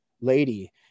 lady